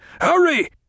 Hurry